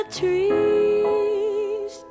trees